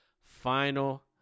final